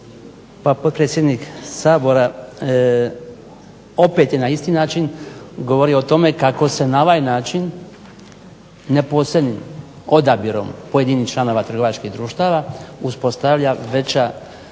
Pa potpredsjednik Sabora opet je na isti način govorio o tome kako se na ovaj način, ne posebnim odabirom pojedinih članova trgovačkih društva uspostavlja veća